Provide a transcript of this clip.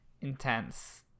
intense